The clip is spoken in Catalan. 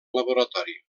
laboratori